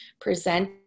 present